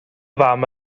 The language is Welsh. fam